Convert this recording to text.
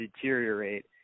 deteriorate